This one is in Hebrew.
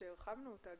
גם הרחבנו אותה,